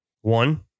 One